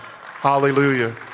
Hallelujah